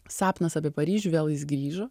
sapnas apie paryžių vėl jis grįžo